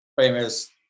famous